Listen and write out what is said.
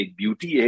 beauty